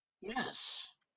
Yes